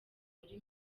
muri